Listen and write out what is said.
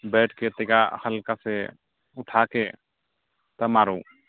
बैटके तनिका हल्का सँ उठाके तब मारू